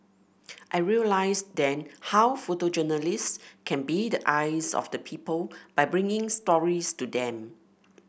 I realised then how photojournalists can be the eyes of the people by bringing stories to them